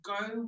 go